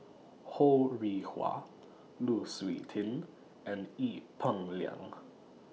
Ho Rih Hwa Lu Suitin and Ee Peng Liang